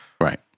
right